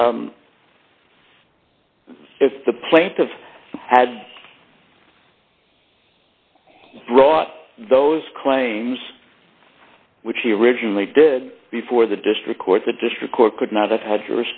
if the plaintiff had brought those claims which he originally did before the district court the district court could not have had